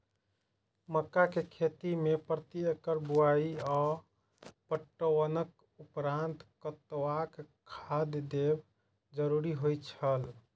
मक्का के खेती में प्रति एकड़ बुआई आ पटवनक उपरांत कतबाक खाद देयब जरुरी होय छल?